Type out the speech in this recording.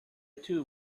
too